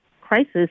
crisis